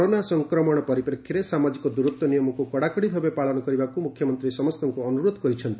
corona ସଂକ୍ରମଣ ପରିପ୍ରେକ୍ଷୀରେ ସାମାଜିକ ଦୂରତ୍ ନିୟମକୁ କଡାକଡି ଭାବେ ପାଳନ କରିବାକୁ ମୁଖ୍ୟମନ୍ତୀ ସମ୍ତଙ୍କୁ ଅନୁରୋଧ କରିଛନ୍ତି